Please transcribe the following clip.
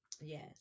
Yes